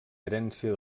herència